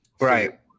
right